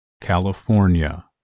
California